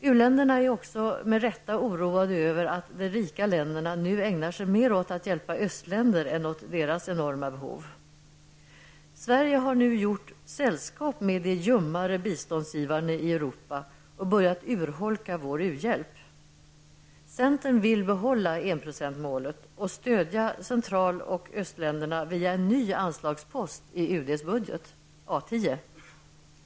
U-länderna är också med rätta oroade över att de rika länderna nu ägnar sig mer åt att hjälpa östländer än åt deras enorma behov. Sverige har nu gjort sällskap med de ljummare biståndsgivarna i Europa och börjat urholka uhjälpen. Centern vill behålla enprocentsmålet och stödja central och östländerna via en ny anslagspost i UDs budget: A 10.